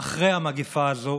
אחרי המגפה הזו,